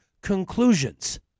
conclusions